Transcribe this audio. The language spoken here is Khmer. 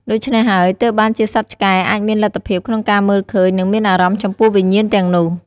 ដូច្នេះហើយទើបបានជាសត្វឆ្កែអាចមានលទ្ធភាពក្នុងការមើលឃើញនិងមានអារម្មណ៍ចំពោះវិញ្ញាណទាំងនោះ។